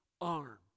arm